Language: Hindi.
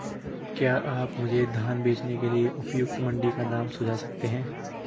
क्या आप मुझे धान बेचने के लिए उपयुक्त मंडी का नाम सूझा सकते हैं?